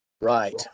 Right